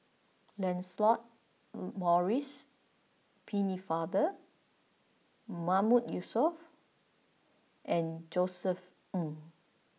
Lancelot Maurice Pennefather Mahmood Yusof and Josef Ng